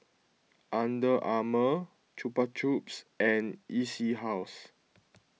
Under Armour Chupa Chups and E C House